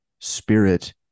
spirit